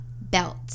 belt